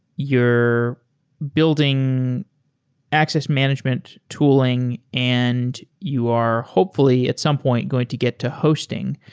you're building access management tooling and you are hopefully, at some point, going to get to hosting.